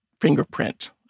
fingerprint